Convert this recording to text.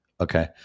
okay